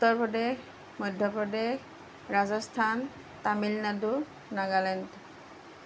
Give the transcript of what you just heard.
Uttar Pradesh Madhya Pradesh Rajasthan Tamil Nadu Nagaland